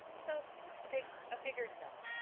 so a bigger number.